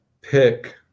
pick